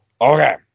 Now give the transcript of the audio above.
Okay